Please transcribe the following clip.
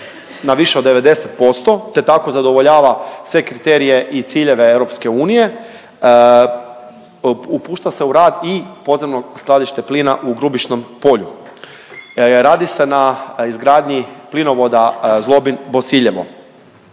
na više od 90%, te tako zadovoljava sve kriterije i ciljeve EU, pušta se u rad i podzemno skladište plina u Grubišnom Polju. Radi se na izgradnji plinovoda Zlobin-Bosiljevo.